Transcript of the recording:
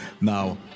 Now